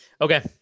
Okay